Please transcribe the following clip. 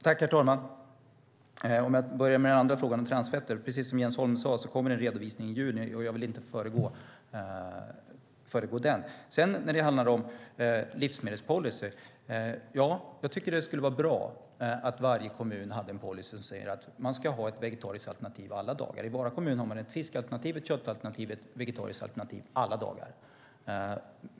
Herr talman! Låt mig börja med den andra frågan om transfetter. Precis som Jens Holm sade kommer det en redovisning i juni. Jag vill inte föregå den. Jag tycker att det skulle vara bra om varje kommun hade en livsmedelspolicy som säger att man ska ha ett vegetariskt alternativ alla dagar. I Vara kommun har man ett fiskalternativ, ett köttalternativ och ett vegetariskt alternativ alla dagar.